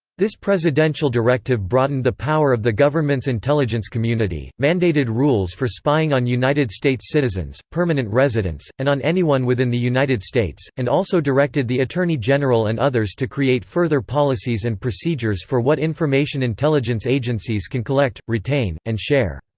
this presidential directive broadened the power of the government's intelligence community mandated rules for spying on united states citizens, permanent residents, and on anyone within the united states and also directed the attorney general and others to create further policies and procedures for what information intelligence agencies can collect, retain, and share.